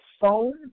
phone